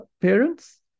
parents